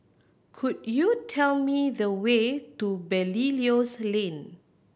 could you tell me the way to Belilios Lane